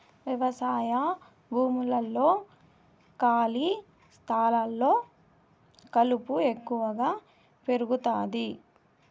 వ్యవసాయ భూముల్లో, ఖాళీ స్థలాల్లో కలుపు ఎక్కువగా పెరుగుతాది